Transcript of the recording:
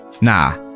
Nah